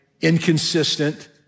inconsistent